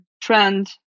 trend